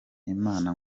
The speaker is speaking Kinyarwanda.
imana